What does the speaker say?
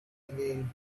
again